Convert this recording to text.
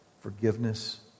forgiveness